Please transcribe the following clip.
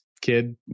kid